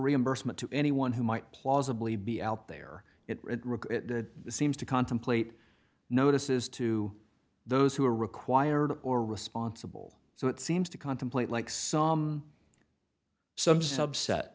reimbursement to anyone who might plausibly be out there it really seems to contemplate notices to those who are required or responsible so it seems to contemplate like some some subset